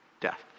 death